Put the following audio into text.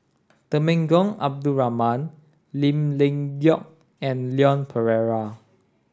Temenggong Abdul Rahman Lim Leong Geok and Leon Perera